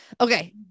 Okay